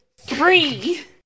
Three